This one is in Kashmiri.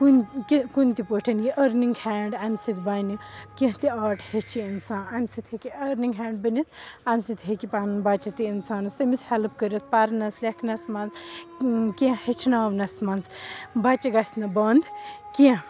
کُنہِ کہِ کُنہِ تہِ پٲٹھۍ یہِ أرنِنٛگ ہینٛڈ اَمہِ سۭتۍ بَنہِ کیٚنٛہہ تہِ آرٹ ہیٚچھِ اِنسان اَمہِ سۭتۍ ہیٚکہِ أرنِنٛگ ہینٛڈ بٔنِتھ اَمہِ سۭتۍ ہیٚکہِ پَنُن بَچہٕ تہِ اِنسانَس تٔمِس ہٮ۪لٕپ کٔرِتھ پَرنَس لٮ۪کھنَس منٛز کیٚنٛہہ ہیٚچھناونَس منٛز بَچہٕ گَژھنہٕ بَنٛد کیٚنٛہہ